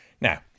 Now